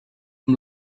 amb